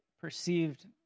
perceived